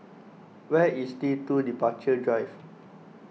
where is T two Departure Drive